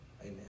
Amen